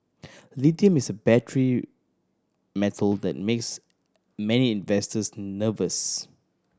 lithium is a battery metal that makes many investors nervous